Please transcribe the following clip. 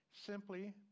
simply